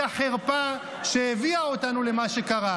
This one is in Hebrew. אותה חרפה שהביאה אותנו למה שקרה.